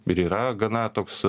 ir yra gana toks